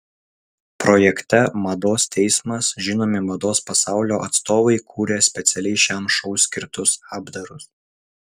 projekte mados teismas žinomi mados pasaulio atstovai kūrė specialiai šiam šou skirtus apdarus